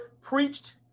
preached